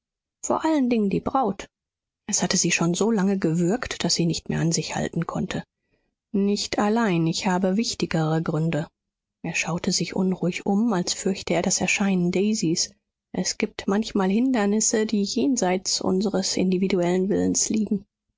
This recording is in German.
vor allen dingen die braut es hatte sie schon so lange gewürgt daß sie nicht mehr an sich halten konnte nicht allein ich habe wichtigere gründe er schaute sich unruhig um als fürchte er das erscheinen daisys es gibt manchmal hindernisse die jenseits unseres individuellen willens liegen